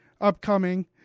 upcoming